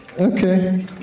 Okay